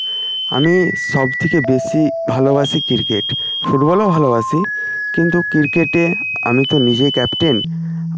আমি সব থেকে বেশি ভালোবাসি ক্রিকেট ফুটবলও ভালোবাসি কিন্তু ক্রিকেটে আমি তো নিজে ক্যাপ্টেন